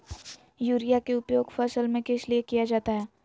Urea के उपयोग फसल में किस लिए किया जाता है?